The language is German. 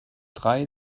drei